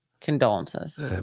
condolences